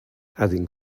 adding